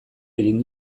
egin